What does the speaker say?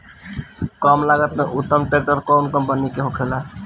कम लागत में उत्तम ट्रैक्टर कउन कम्पनी के होखेला?